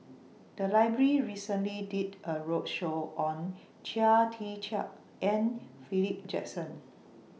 The Library recently did A roadshow on Chia Tee Chiak and Philip Jackson